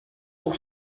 pour